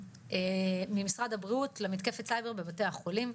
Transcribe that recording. ממשרד הבריאות למתקפת סייבר בבתי החולים.